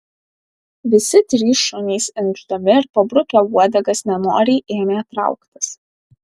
visi trys šunys inkšdami ir pabrukę uodegas nenoriai ėmė trauktis